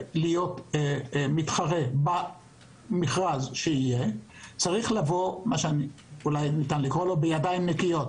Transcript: להתחרות במכרז צריך לבוא בידיים נקיות.